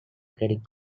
credit